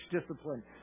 discipline